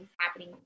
happening